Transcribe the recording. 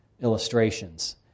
illustrations